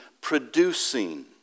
producing